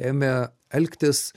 ėmė elgtis